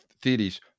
theories